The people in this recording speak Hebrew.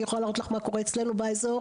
אני יכולה להראות לך מה קורה אצלנו באזור,